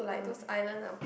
uh eh